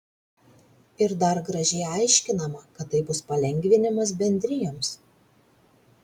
ir dar gražiai aiškinama kad tai bus palengvinimas bendrijoms